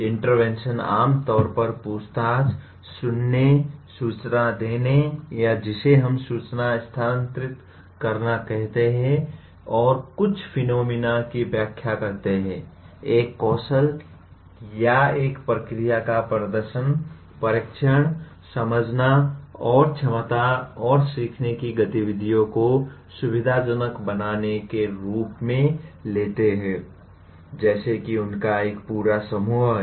intervention आमतौर पर पूछताछ सुनने सूचना देने या जिसे हम सूचना स्थानांतरित करना कहते हैं और कुछ फिनोमिना की व्याख्या करते हैं एक कौशल या एक प्रक्रिया का प्रदर्शन परीक्षण समझना और क्षमता और सीखने की गतिविधियों को सुविधाजनक बनाने के रूप में लेते हैं जैसे कि उनका एक पूरा समूह है